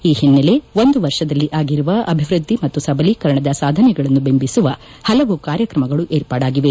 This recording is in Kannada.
ಈ ಹಿನ್ನೆಲೆ ಒಂದು ವರ್ಷದಲ್ಲಿ ಆಗಿರುವ ಅಭಿವೃದ್ಧಿ ಮತ್ತು ಸಬಲೀಕರಣದ ಸಾಧನೆಗಳನ್ನು ಬಿಂಬಿಸುವ ಪಲವು ಕಾರ್ಯಕ್ರಮಗಳು ಏರ್ಪಾಡಾಗಿವೆ